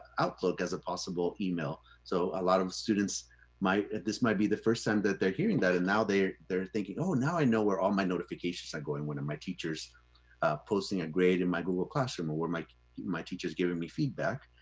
outlook as a possible email. so a lot of students might, this might be the first time that they're hearing that and now they they're thinking, oh, now i know where all my notifications are going when my teachers posting a grade in my google classroom or where my my teacher's giving me feedback.